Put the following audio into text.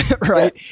right